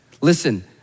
Listen